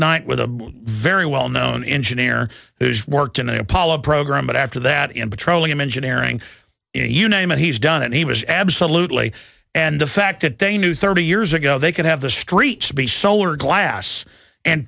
night with a very well known engineer who's worked in a apollo program but after that in petroleum engineering you name it he's done it he was absolutely and the fact that they knew thirty years ago they could have the streets to be solar glass and